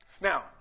Now